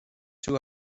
two